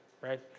right